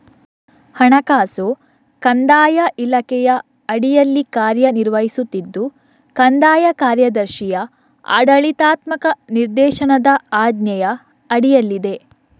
ಹಣಕಾಸು ಕಂದಾಯ ಇಲಾಖೆಯ ಅಡಿಯಲ್ಲಿ ಕಾರ್ಯ ನಿರ್ವಹಿಸುತ್ತಿದ್ದು ಕಂದಾಯ ಕಾರ್ಯದರ್ಶಿಯ ಆಡಳಿತಾತ್ಮಕ ನಿರ್ದೇಶನದ ಆಜ್ಞೆಯ ಅಡಿಯಲ್ಲಿದೆ